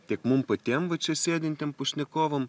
tiek mum patiem va čia sėdintiem pašnekovam